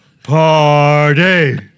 Party